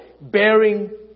bearing